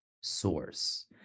Source